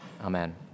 Amen